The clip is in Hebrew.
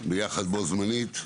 שמתנהלים ביחד בו זמנית.